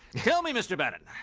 tell me, mr. bannon,